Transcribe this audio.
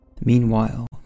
Meanwhile